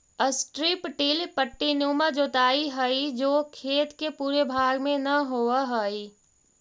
strip till पट्टीनुमा जोताई हई जो खेत के पूरे भाग में न होवऽ हई